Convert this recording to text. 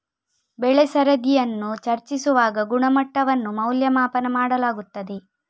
ಬೆಳೆ ಸರದಿಯನ್ನು ಚರ್ಚಿಸುವಾಗ ಗುಣಮಟ್ಟವನ್ನು ಮೌಲ್ಯಮಾಪನ ಮಾಡಲಾಗುತ್ತದೆ